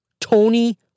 Tony